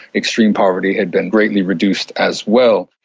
extreme poverty had been greatly reduced as well.